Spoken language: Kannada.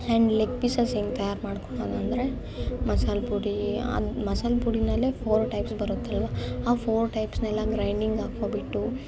ಆ್ಯಂಡ್ ಲೆಗ್ ಪಿಸಸ್ ಹೆಂಗೆ ತಯಾರು ಮಾಡ್ಕಿಳ್ಳೋದು ಅಂದರೆ ಮಸಾಲ ಪುಡಿ ಆ ಮಸಾಲ ಪುಡಿಯಲ್ಲೆ ಫೋರ್ ಟೈಪ್ಸ್ ಬರುತ್ತಲ್ವ ಆ ಫೋರ್ ಟೈಪ್ಸ್ನೆಲ್ಲ ಗ್ರೈಂಡಿಂಗ್ ಹಾಕೊಂಡ್ಬಿಟ್ಟು